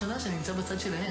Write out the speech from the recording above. שנייה.